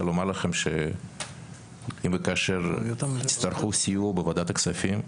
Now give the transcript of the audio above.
לומר לכם שאם וכאשר תצטרכו סיוע בוועדת הכספים,